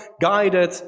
guided